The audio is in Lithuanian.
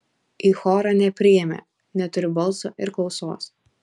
į chorą nepriėmė neturiu balso ir klausos